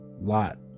lot